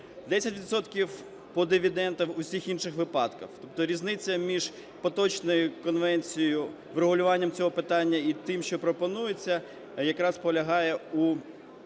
по дивідендам у всіх інших випадках. Тобто різниця між поточною Конвенцією врегулюванням цього питання і тим, що пропонується, якраз полягає у